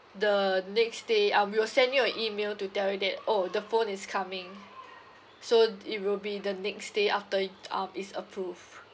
the next day ah we will send you a email to tell you that oh the phone is coming so it will be the next day after um is approved